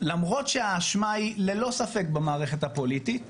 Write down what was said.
למרות שהאשמה היא ללא ספק במערכת הפוליטית,